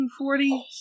1940